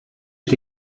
est